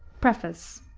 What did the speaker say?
preface.